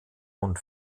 und